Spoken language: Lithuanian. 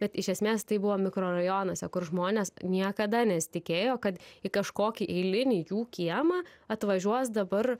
bet iš esmės tai buvo mikrorajonuose kur žmonės niekada nesitikėjo kad į kažkokį eilinį jų kiemą atvažiuos dabar